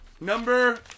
Number